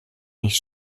nicht